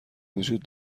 وجود